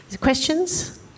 Questions